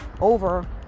over